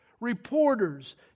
Reporters